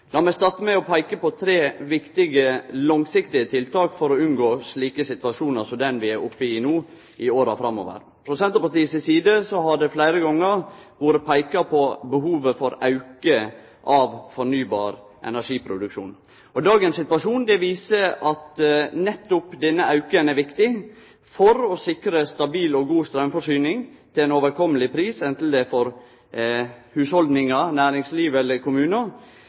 meg starte med å peike på tre viktige langsiktige tiltak i åra framover for å unngå ein situasjon som den vi er oppe i no. Frå Senterpartiets side har det fleire gonger vore peikt på behovet for å auke fornybar energi-produksjonen. Dagens situasjon viser at nettopp ein slik auke vil vere viktig for å sikre stabil og god straumforsyning til ein overkomeleg pris, anten det gjeld hushald, næringsliv eller kommunar,